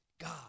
God